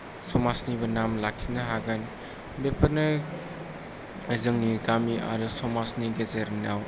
समाजनिबो नाम लाखिनो हागोन बेफोरनो जोंनि गामि आरो समाजनि गेजेराव